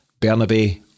Bernabe